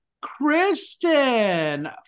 Kristen